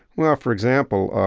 well, for example,